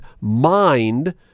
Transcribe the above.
mind